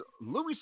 Louis